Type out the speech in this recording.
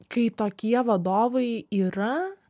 kai tokie vadovai yra